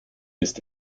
ist